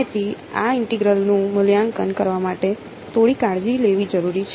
તેથી આ ઇન્ટિગ્રલ્સનું મૂલ્યાંકન કરવા માટે થોડી કાળજી લેવી જરૂરી છે